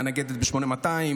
מהנגדת ב-8200,